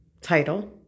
title